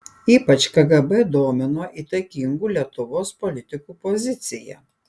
ypač kgb domino įtakingų lietuvos politikų pozicija